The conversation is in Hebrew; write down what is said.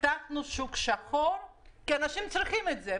פיתחנו שוק שחור כי אנשים צריכים את זה.